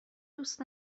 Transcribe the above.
دوست